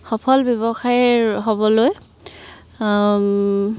সফল ব্যৱসায়ী হ'বলৈ